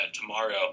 tomorrow